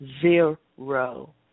Zero